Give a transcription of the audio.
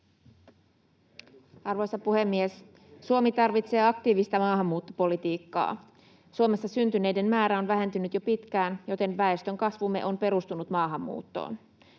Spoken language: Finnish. Arvoisa puhemies! Suomi tarvitsee aktiivista maahanmuuttopolitiikkaa. Suomessa syntyneiden määrä on vähentynyt jo pitkään, joten väestönkasvumme on perustunut maahanmuuttoon.